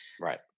Right